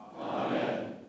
Amen